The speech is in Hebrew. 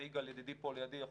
ויגאל ידידי פה לידי,